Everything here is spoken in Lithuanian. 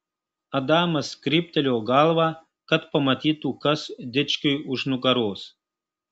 adamas kryptelėjo galvą kad pamatytų kas dičkiui už nugaros